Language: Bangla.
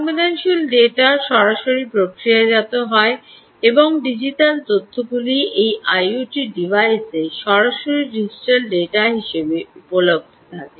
সংবেদনশীল ডেটা সরাসরি প্রক্রিয়াজাত হয় এবং ডিজিটাল তথ্যগুলি এই আইওটি ডিভাইসে সরাসরি ডিজিটাল ডেটা হিসাবে উপলব্ধ থাকে